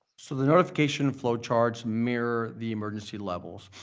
so the notification flowcharts mirror the emergency levels.